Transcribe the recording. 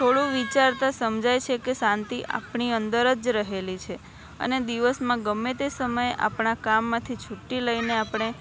થોડું વિચારતા સમજાય છે કે શાંતિ આપણી અંદર જ રહેલી છે અને દિવસમાં ગમે તે સમયે આપણા કામમાંથી છુટ્ટી લઈને આપણે